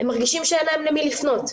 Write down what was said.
הם מרגישים שאין להם למי לפנות,